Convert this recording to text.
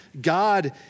God